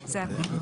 (היו"ר יעקב אשר)